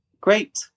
great